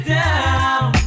down